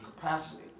capacity